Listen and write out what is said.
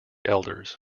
elders